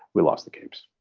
we lost the capes.